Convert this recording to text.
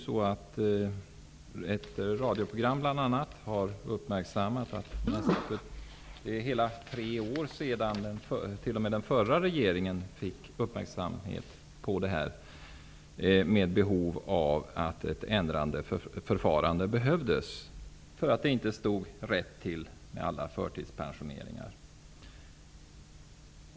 Ett radioprogram har observerat att den föregående regeringen för hela tre år sedan blev uppmärksammad på att ett ändrat förfarande behövdes, eftersom det inte stod rätt till med alla förtidspensioneringar.